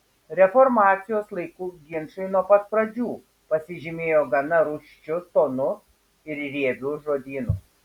reformacijos laikų ginčai nuo pat pradžių pasižymėjo gana rūsčiu tonu ir riebiu žodynu